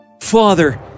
Father